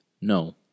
No